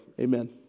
Amen